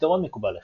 פתרון מקובל אחד,